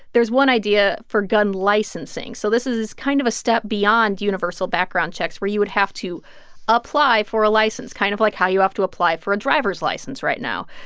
there's one idea for gun licensing. so this is kind of a step beyond universal background checks where you would have to apply for a license, kind of like how you have to apply for a driver's license right now.